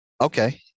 Okay